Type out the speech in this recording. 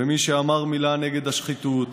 ומי שאמר מילה נגד השחיתות,